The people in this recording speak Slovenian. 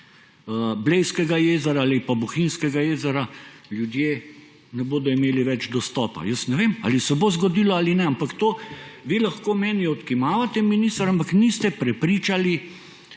Blejskega jezera ali pa Bohinjskega jezera ne bodo imeli več dostopa. Jaz ne vem, ali se bo zgodilo ali ne. Vi lahko meni odkimavate, minister, ampak niste prepričali